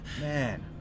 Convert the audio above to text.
Man